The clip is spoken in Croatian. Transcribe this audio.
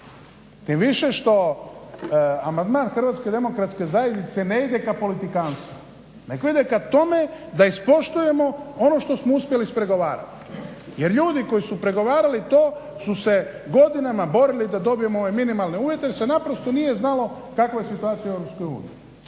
tim više što amandman HDZ-a ne ide k politikanstvu nego ide k tome da ispoštujemo ono što smo uspjeli ispregovarati. Jer ljudi koji su pregovarali to su se godinama borili da dobijemo ove minimalne uvjete jer se nije znalo kakva je situacija u EU.